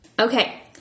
Okay